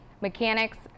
mechanics